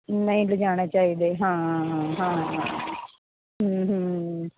ਨਹੀਂ ਲਿਜਾਣਾ ਚਾਹੀਦੇ ਹਾਂ ਹਾਂ